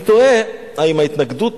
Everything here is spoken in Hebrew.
אני תוהה, האם ההתנגדות